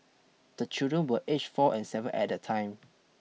the children were aged four and seven at the time